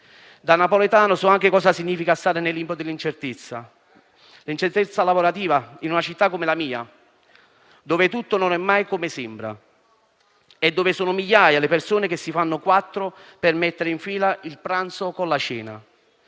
Da napoletano so anche che cosa significa stare nel limbo dell'incertezza lavorativa in una città come la mia, dove tutto non è mai come sembra e dove sono migliaia le persone che si fanno in quattro per mettere in fila il pranzo con la cena.